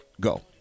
go